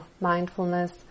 mindfulness